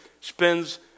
spends